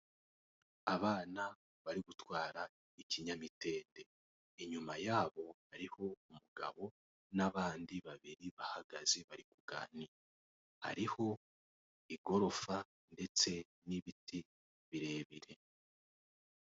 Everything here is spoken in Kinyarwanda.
Abana bari gutwara ikinyamitende inyuma yabo hariho umugabo n'abandi babiri bahagaze bari kuganira, hariho igorofa ndetse n'ibiti birebire.